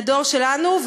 לדור שלנו,